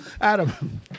Adam